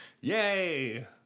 yay